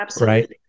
right